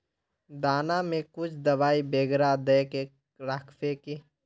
दाना में कुछ दबाई बेगरा दय के राखबे की?